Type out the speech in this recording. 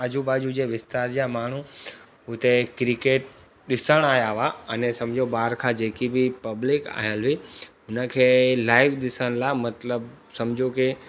आजू बाजो जे विस्तार जा माण्हू हुते क्रिकेट ॾिसण आहिया हुआ अने सम्झो ॿाहिरि खां जेकी बि पब्लिक आयल हुई उन खे लाइव ॾिसण लाइ मतिलबु सम्झो की